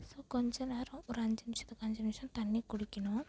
so கொஞ்ச நேரம் ஒரு அஞ்சு நிமிஷத்துக்கு அஞ்சு நிமிஷம் தண்ணி குடிக்கணும்